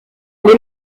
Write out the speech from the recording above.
les